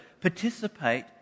participate